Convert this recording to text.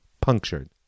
punctured